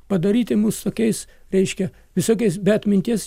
padaryti mus tokiais reiškia visokiais be atminties